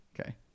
Okay